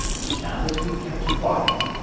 shall it be kept quiet?